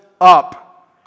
up